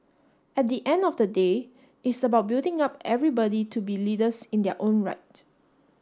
at the end of the day it's about building up everybody to be leaders in their own right